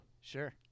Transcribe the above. sure